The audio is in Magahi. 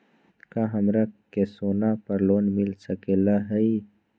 का हमरा के सोना पर लोन मिल सकलई ह?